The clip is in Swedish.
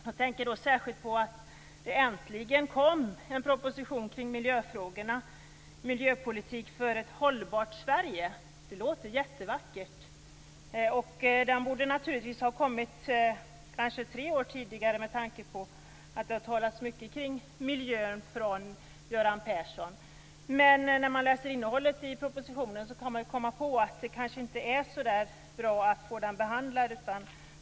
Jag tänker då särskilt på att det äntligen kom en proposition om miljöfrågorna, Miljöpolitik för ett hållbart Sverige. Det låter jättevackert. Den borde naturligtvis ha kommit tre år tidigare med tanke på att Göran Persson har talat mycket om miljön. Men när man läser innehållet i propositionen märker man att det kanske inte är så bra att få den behandlad.